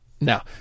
Now